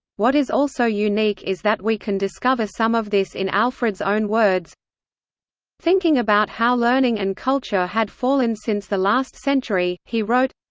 what is also unique is that we can discover some of this in alfred's own words thinking about how learning and culture had fallen since the last century, he wrote.